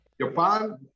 Japan